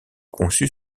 conçue